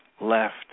left